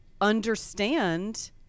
understand